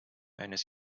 eines